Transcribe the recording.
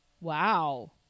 Wow